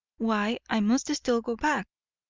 why i must still go back.